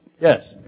Yes